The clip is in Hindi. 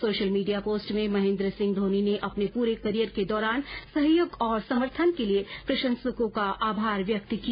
सोशल मीडिया पोस्ट में महेन्द्र सिंह धोनी ने अपने पूरे करियर के दौरान सहयोग और समर्थन के लिए प्रशंसकों का आभार व्यक्त किया